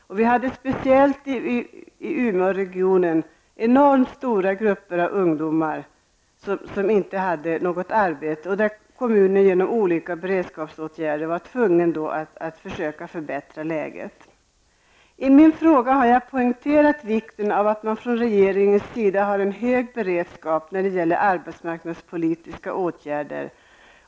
Och vi hade, speciellt i Umeåregionen, enormt stora grupper av ungdomar som saknade arbete, och kommunen var då tvungen att genom olika beredskapsåtgärder försöka förbättra läget. I min fråga har jag poängterat vikten av att man från regeringens sida har en hög beredskap när det gäller arbetsmarknadspolitiska åtgärder.